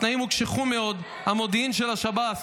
התנאים הוקשחו מאוד, המודיעין של השב"ס